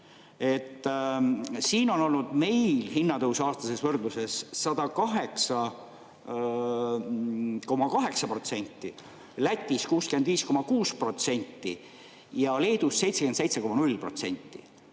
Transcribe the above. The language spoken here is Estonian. Siin on olnud meil hinnatõus aastases võrdluses 108,8%, Lätis 65,6% ja Leedus 77,0%.